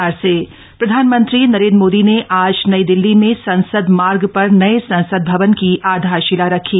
नया संसद भवन प्रधानमंत्री नरेंद्र मोदी ने आज नई दिल्ली में संसद मार्ग पर नए संसद भवन की आधारशिला रखी